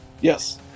yes